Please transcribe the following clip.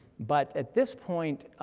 but at this point,